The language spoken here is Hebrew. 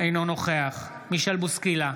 אינו נוכח מישל בוסקילה,